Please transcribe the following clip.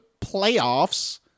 playoffs